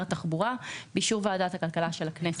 התחבורה באישור ועדת הכלכלה של הכנסת.